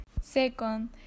Second